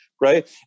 right